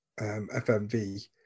FMV